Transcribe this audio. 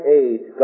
age